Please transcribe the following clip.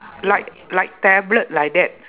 like like tablet like that